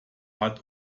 hat